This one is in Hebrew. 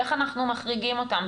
איך אנחנו מחריגים אותם,